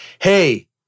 hey